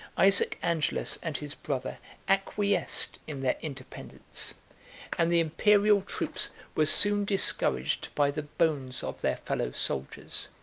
isaac angelus and his brother acquiesced in their independence and the imperial troops were soon discouraged by the bones of their fellow-soldiers,